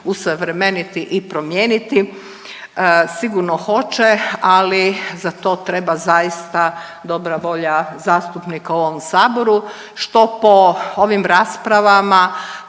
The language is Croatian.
usavremeniti i promijeniti, sigurno hoće, ali za to treba zaista dobra volja zastupnika u ovom saboru, što po ovim raspravama,